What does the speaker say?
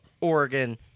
Oregon